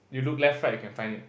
you look left right you can find it